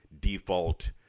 default